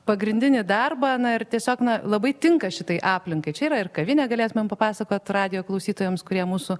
pagrindinį darbą na ir tiesiog na labai tinka šitai aplinkai čia yra ir kavinė galėtumėm papasakot radijo klausytojams kurie mūsų